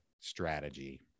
strategy